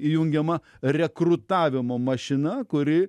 įjungiama rekrutavimo mašina kuri